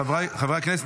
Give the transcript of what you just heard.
חבריי חברי הכנסת,